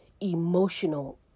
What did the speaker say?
emotional